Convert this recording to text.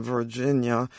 Virginia